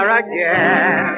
again